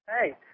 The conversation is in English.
Hey